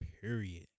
Period